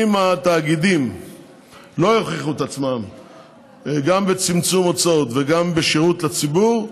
אם התאגידים לא יוכיחו את עצמם גם בצמצום הוצאות וגם בשירות לציבור,